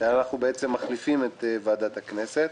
שבעצם מחליפה את ועדת הכנסת.